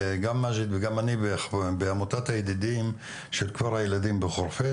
גם מג'ד וגם אני בעמותת הידידים של כפר הילדים בחורפיש,